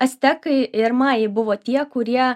actekai ir majai buvo tie kurie